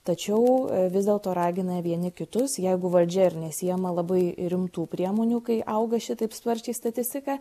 tačiau vis dėlto ragina vieni kitus jeigu valdžia ir nesiema labai rimtų priemonių kai auga šitaip sparčiai statistika